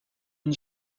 une